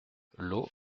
lot